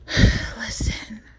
Listen